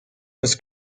was